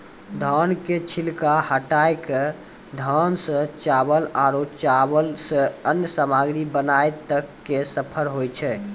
धान के छिलका हटाय कॅ धान सॅ चावल आरो चावल सॅ अन्य सामग्री बनाय तक के सफर होय छै